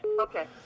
Okay